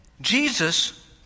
Jesus